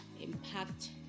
impact